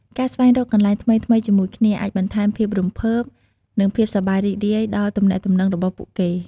ការស្វែងរកកន្លែងថ្មីៗជាមួយគ្នាអាចបន្ថែមភាពរំភើប និងភាពសប្បាយរីករាយដល់ទំនាក់ទំនងរបស់ពួកគេ។